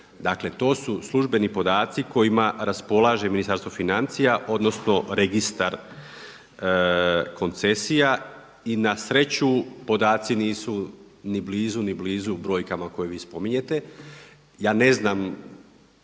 Dakle, to su službeni podaci kojima raspolaže Ministarstvo financija odnosno Registar koncesija i na sreću podaci nisu ni blizu, ni blizu brojkama koje vi spominjete.